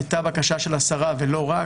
הייתה בקשה של השרה ולא רק,